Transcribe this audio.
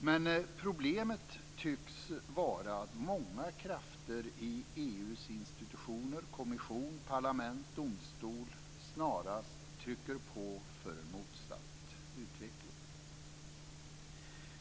Men problemet tycks vara att många krafter i EU:s institutioner - kommission, parlament, domstol - snarast trycker på för motsatt utveckling.